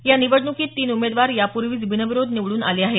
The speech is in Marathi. या निवडणुकीत तीन उमेदवार यापूर्वीच बिनविरोध निवडून आले आहेत